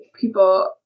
people